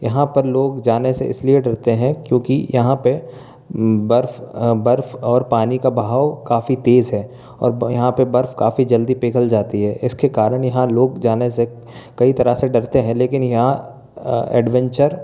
यहाँ पर लोग जाने से इसलिए डरते हैं क्योंकि यहाँ पे बर्फ बर्फ और पानी का बहाव काफ़ी तेज है और यहाँ पे बर्फ काफ़ी जल्दी पिघल जाती है इसके कारण यहाँ लोग जाने से कई तरह से डरते हैं लेकिन यहाँ एडवेंचर